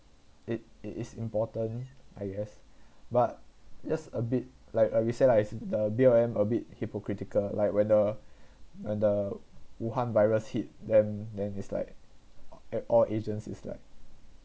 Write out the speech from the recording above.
it it is important I guess but just a bit like aready say lah is the B_L_M a bit hypocritical like whether when the wuhan virus hit them then it's like at all asians is like